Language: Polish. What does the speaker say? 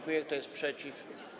Kto jest przeciw?